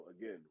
again